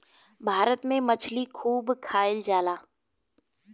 भारत में मछली खूब खाईल जाला